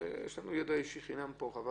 --- יש לנו פה ידע אישי חינם.